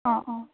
অ' অ'